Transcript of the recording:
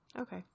Okay